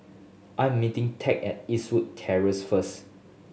I am meeting Ted at Eastwood Terrace first